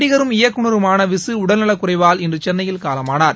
நடிகரும் இயக்குநருமான விசு உடல்நலக் குறைவால் இன்று சென்னையில் காலமானார்